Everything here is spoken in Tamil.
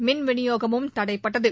மின்விநியோகமும் தடைபட்டது